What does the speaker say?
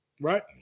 right